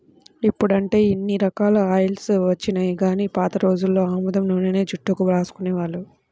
ఇప్పుడంటే ఇన్ని రకాల ఆయిల్స్ వచ్చినియ్యి గానీ పాత రోజుల్లో ఆముదం నూనెనే జుట్టుకు రాసుకునేవాళ్ళు